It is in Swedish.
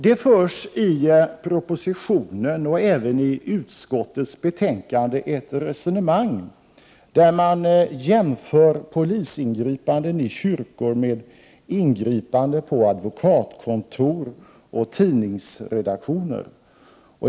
Det förs i propositionen, och även i utskottets betänkande, ett resonemang där man jämför polisingripanden i kyrkor med ingripande på advokatkontor och tidningsredaktioner.